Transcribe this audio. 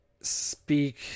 speak